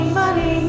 money